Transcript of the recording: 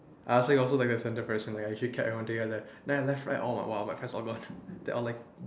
I actually also like a centre person I actually kept everyone together then I left right all like !wah! then my friends all gone they all left